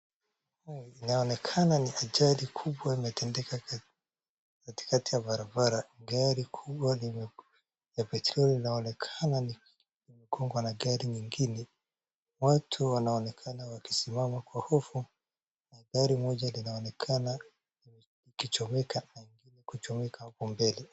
Inaonekana ni ajali kubwa imetendeka katikati ya barabara, gari kubwa la petroli linaonekana kugongwa na gari lingine lakini watu wanaonekana wakisimama kwa hofu na gar moja inaonekana ikichomeka hapo mbele.